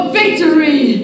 victory